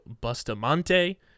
Bustamante